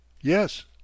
Yes